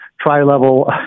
tri-level